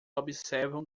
observam